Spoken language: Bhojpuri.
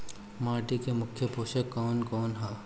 माटी में मुख्य पोषक कवन कवन ह?